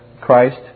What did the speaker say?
Christ